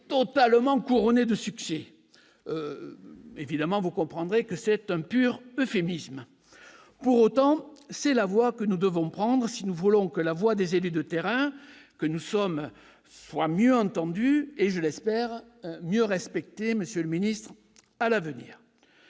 totalement couronnée de succès. Évidemment, c'est un pur euphémisme ! Pour autant, c'est la voie que nous devons emprunter si nous voulons que la voix des élus de terrain que nous sommes soit mieux entendue et, je l'espère, mieux respectée à l'avenir,